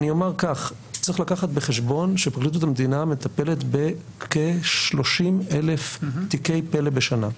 צריך לקחת בחשבון שפרקליטות המדינה מטפלת בכ-30,000 תיקי פל"א בשנה,